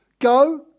Go